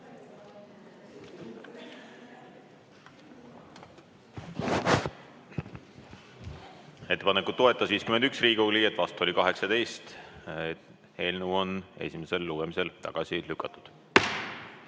Ettepanekut toetas 51 Riigikogu liiget, vastu oli 18. Eelnõu on esimesel lugemisel tagasi lükatud.